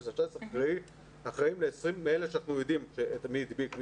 אחראים לאלה שאנחנו יודעים מי הדביק,